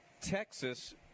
Texas